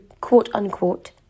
quote-unquote